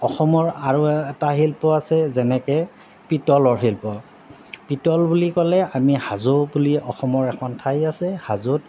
অসমৰ আৰু এটা শিল্প আছে যেনেকে পিতলৰ শিল্প পিতল বুলি ক'লে আমি হাজো বুলি অসমৰ এখন ঠাই আছে হাজোত